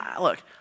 look